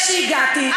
כשהגעתי,